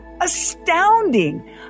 astounding